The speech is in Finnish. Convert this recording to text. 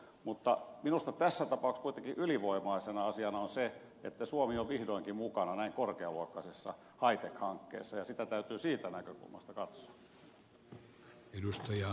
mutta minusta tässä tapauksessa kuitenkin ylivoimaisena asiana on se että suomi on vihdoinkin mukana näin korkealuokkaisessa high tech hankkeessa ja sitä täytyy siitä näkökulmasta katsoa